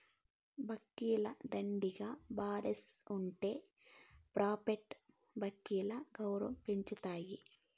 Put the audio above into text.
బాంకీల దండిగా బాలెన్స్ ఉంటె ప్రైవేట్ బాంకీల గౌరవం పెంచతాయి